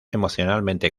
emocionalmente